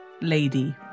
lady